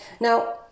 Now